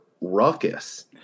ruckus